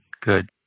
good